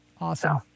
Awesome